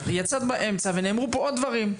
יצאת באמצע ונאמרו פה עוד דברים.